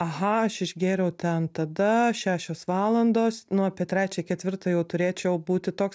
aha aš išgėriau ten tada šešios valandos nu apie trečią ketvirtą jau turėčiau būti toks